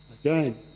Again